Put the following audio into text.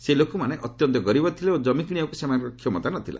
ସେହି ଲୋକମାନେ ଅତ୍ୟନ୍ତ ଗରିବ ଥିଲେ ଓ ଜମି କିଶିବାକୁ ସେମାନଙ୍କର କ୍ଷମତା ନଥିଲା